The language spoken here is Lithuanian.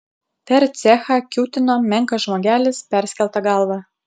per cechą kiūtino menkas žmogelis perskelta galva